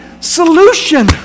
solution